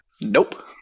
Nope